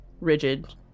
rigid